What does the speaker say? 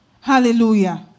Hallelujah